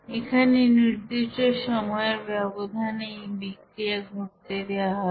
এখানে নির্দিষ্ট সময়ের ব্যবধানে এই বিক্রিয়া ঘটতে দেওয়া হবে